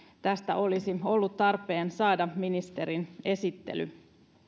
tästä olisi ollut tarpeen saada ministerin esittely